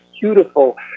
beautiful